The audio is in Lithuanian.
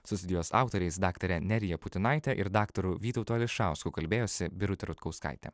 su studijos autoriais daktare nerija putinaite ir daktaru vytautu ališausku kalbėjosi birutė rutkauskaitė